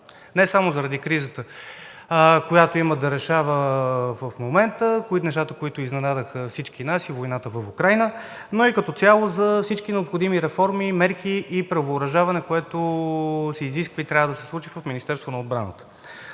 не само заради кризата, която има да решава в момента, нещата, които изненадаха всички нас, и войната в Украйна, но като цяло за всички необходими реформи, мерки и превъоръжаване, което се изисква и трябва да се случи в Министерството на отбраната,